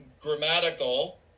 grammatical